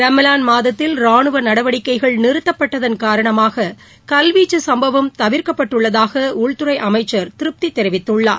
ரமலான் ரானுவ நடவடிக்கைகள் நிறுத்தப்பட்டதள் காரணமாக கல்வீச்சு சும்பவம் தவிர்க்கப்பட்டுள்ளதாக உள்துறை அமைச்சர் திருப்தி தெரிவித்துள்ளார்